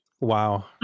Wow